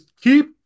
keep